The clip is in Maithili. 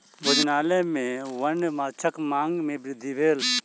भोजनालय में वन्य माँछक मांग में वृद्धि भेल